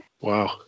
Wow